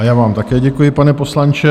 Já vám také děkuji, pane poslanče.